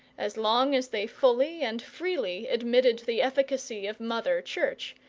as long as they fully and freely admitted the efficacy of mother church,